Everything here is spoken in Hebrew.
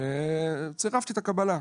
וצירפתי את הקבלה.